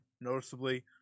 noticeably